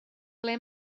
ble